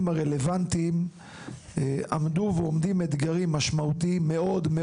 הרלוונטיים עמדו ועומדים אתגרים משמעותיים מאוד.